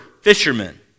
fishermen